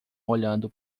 olhando